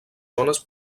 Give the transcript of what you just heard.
zones